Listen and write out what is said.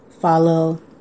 follow